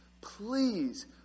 please